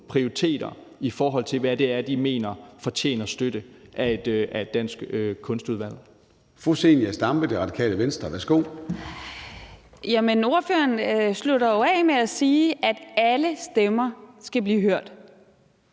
på månen, i forhold til hvad det er, de mener fortjener støtte af et dansk kunstudvalg.